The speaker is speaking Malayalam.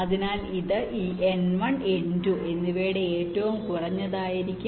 അതിനാൽ ഇത് ഈ n1 n2 എന്നിവയുടെ ഏറ്റവും കുറഞ്ഞതായിരിക്കും